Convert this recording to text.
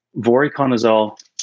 Voriconazole